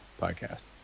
podcast